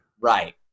Right